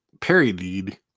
parried